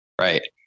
right